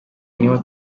niho